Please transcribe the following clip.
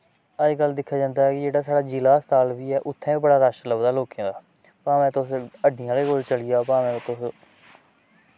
अजकल्ल दिक्खेआ जंदा ऐ कि जेह्ड़ा साढ़ा जि'ला हस्पताल बी है उत्थै बी बड़ा रश लब्भदा लोकें दा भाएं तुस हड्डियें आह्ले कोल चली जाओ भाएं तुस